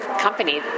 company